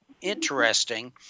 interesting